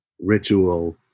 ritual